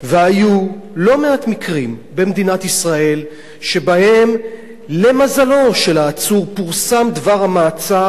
והיו לא מעט מקרים במדינת ישראל שבהם למזלו של העצור פורסם דבר המעצר,